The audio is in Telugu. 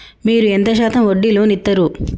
మీరు ఎంత శాతం వడ్డీ లోన్ ఇత్తరు?